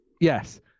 Yes